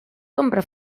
compra